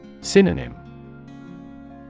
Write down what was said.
Synonym